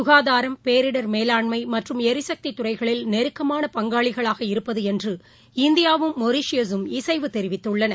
சுகாதாரம் பேரிடர் மேலாண்மைமற்றும் எரிசக்திதுறைகளில் நெருக்கமான பங்காளிகளாக இருப்பதுஎன்று இந்தியா வும் மொரீஷியஸும் இசைவு தெரிவித்துள்ளன